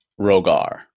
Rogar